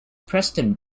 preston